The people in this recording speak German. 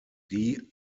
die